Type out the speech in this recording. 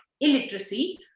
illiteracy